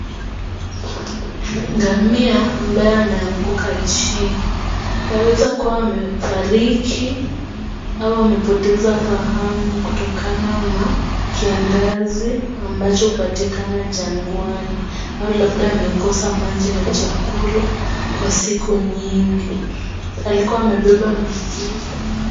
Ngamia ambaye ameanguka chini yaweza kuwa amefariki au amepoteza fahamu kutokana na kiangazi ambacho hupatikana jangwani au labda amekosa maji na chakula kwa siku nyingi. Alikua amebeba mizigo.